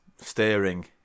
staring